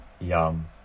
Yum